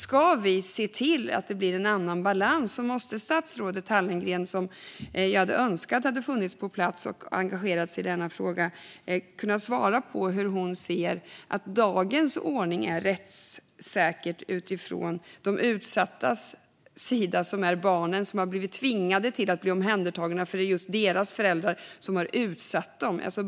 Ska vi se till att det blir en annan balans måste statsrådet Hallengren, som jag önskar hade funnits på plats och engagerat sig i denna fråga, kunna svara på hur hon ser att dagens ordning är rättssäker utifrån de utsattas sida, nämligen de barn som har blivit omhändertagna på grund av att deras föräldrar har utsatt dem.